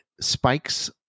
Spike's